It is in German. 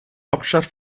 hauptstadt